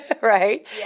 right